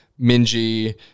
Minji